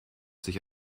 sich